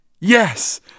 Yes